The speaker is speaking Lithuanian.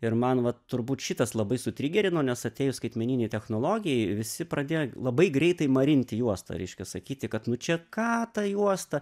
ir man vat turbūt šitas labai sutrigerino nes atėjus skaitmeninei technologijai visi pradėjo labai greitai marinti juostą reiškia sakyti kad nu čia ką ta juosta